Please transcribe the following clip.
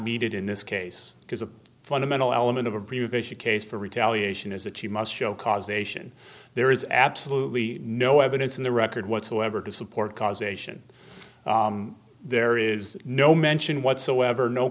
needed in this case because a fundamental element of a provision case for retaliation is that you must show causation there is absolutely no evidence in the record whatsoever to support causation there is no mention whatsoever no